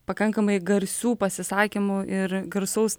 pakankamai garsių pasisakymų ir garsaus